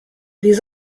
les